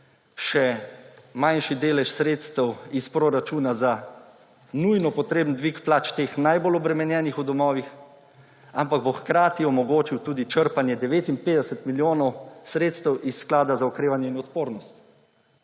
še manjši delež sredstev iz proračuna za nujno potreben dvig plač teh najbolj obremenjenih v domovih, ampak bo hkrati omogočil tudi črpanje 59 milijonov sredstev iz Sklada za okrevanje in odpornost,